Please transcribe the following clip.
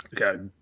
Okay